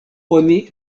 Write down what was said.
oni